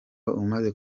umaze